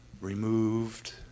removed